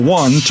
one